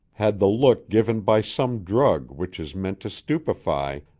had the look given by some drug which is meant to stupefy,